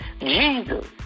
Jesus